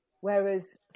Whereas